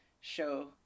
show